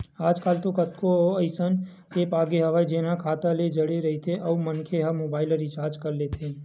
आजकल तो कतको अइसन ऐप आगे हवय जेन ह खाता ले जड़े रहिथे अउ मनखे ह मोबाईल ल रिचार्ज कर लेथे